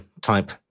type